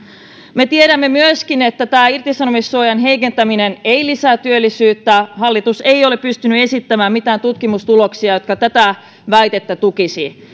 me tiedämme myöskin että tämä irtisanomissuojan heikentäminen ei lisää työllisyyttä hallitus ei ole pystynyt esittämään mitään tutkimustuloksia jotka tätä väitettä tukisivat